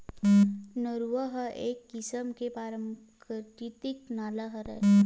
नरूवा ह एक किसम के पराकिरितिक नाला हरय